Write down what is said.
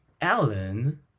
Alan